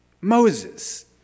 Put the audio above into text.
Moses